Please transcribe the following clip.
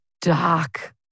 dark